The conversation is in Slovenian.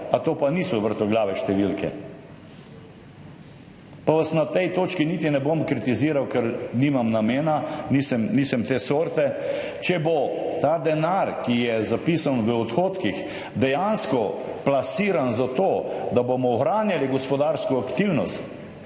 To pa niso vrtoglave številke? Pa vas na tej točki niti ne bom kritiziral, ker nimam namena, nisem te sorte. Če bo ta denar, ki je zapisan v odhodkih, dejansko plasiran za to, da bomo ohranjali gospodarsko aktivnost,